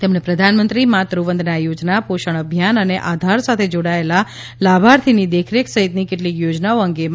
તેમણે પ્રધાનમંત્રી માતૃ વંદના યોજના પોષણ અભિયાન અને આધાર સાથે જોડાયેલા લાભાર્થીની દેખરેખ સહિતની કેટલીક યોજનાઓ અંગે માહિતી આપી હતી